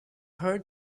heard